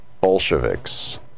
Bolsheviks